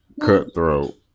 Cutthroat